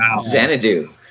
Xanadu